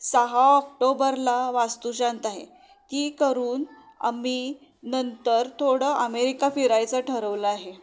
सहा ऑक्टोबरला वास्तुशांत आहे ती करून आम्ही नंतर थोडं अमेरिका फिरायचं ठरवलं आहे